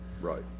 Right